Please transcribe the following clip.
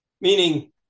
meaning